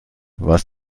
was